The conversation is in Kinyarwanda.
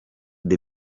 the